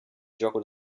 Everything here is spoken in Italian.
gioco